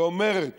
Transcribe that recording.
שאומרת